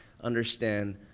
understand